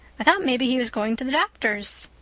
i thought maybe he was going to the doctor's.